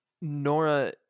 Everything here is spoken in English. Nora